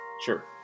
sure